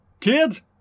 Kids